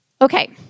Okay